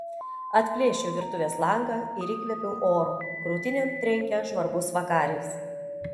atplėšiu virtuvės langą ir įkvepiu oro krūtinėn trenkia žvarbus vakaris